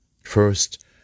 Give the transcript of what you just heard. First